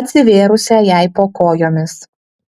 atsivėrusią jai po kojomis